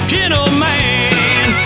Gentleman